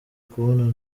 kubonana